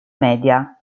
media